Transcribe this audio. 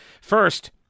First